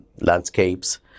landscapes